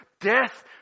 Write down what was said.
death